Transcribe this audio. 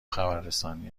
خبررسانی